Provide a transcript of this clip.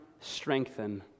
strengthen